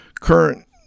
current